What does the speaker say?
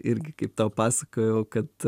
irgi kaip tau pasakojau kad